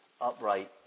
upright